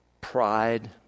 pride